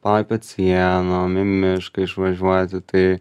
palaipiot sienom į mišką išvažiuoti tai